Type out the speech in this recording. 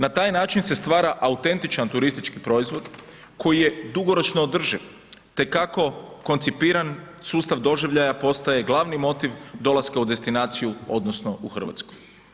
Na taj način se stvara autentičan turistički proizvod koji je dugoročno održiv te kako koncipiran sustav doživljaja postaje glavni motiv dolaska u destinaciju odnosno u Hrvatsku.